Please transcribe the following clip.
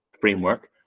framework